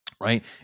right